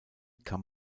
kann